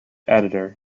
editor